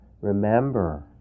remember